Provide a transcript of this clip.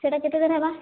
ସେଇଟା କେତେ ଦୂର୍ ହେବା